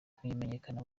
kumenyekana